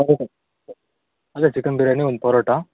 ಅದೇ ಚಿಕನ್ ಬಿರ್ಯಾನಿ ಒಂದು ಪರೋಟಾ